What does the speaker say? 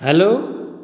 hello